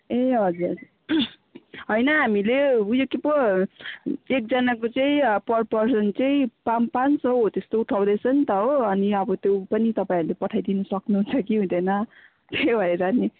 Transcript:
ए हजुर हजुर होइन हामीले उयो के पो एकजनाको चाहिँ पर पर्सन चाहिँ पाँच पाँच सौ हो त्यस्तो उठाउँदै छ नि त हो अनि त्यो पनि तपाईँहरूले पठाइदिनु सक्नुहुन्छ कि हुँदैन त्यही भएर नि